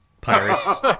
Pirates